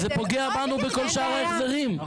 אז פוגע בנו בכל שאר ההחזרים.